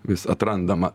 vis atrandama